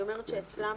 היא אומרת שאצלם